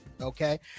okay